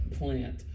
plant